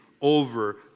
over